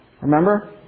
Remember